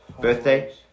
Birthday